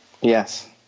Yes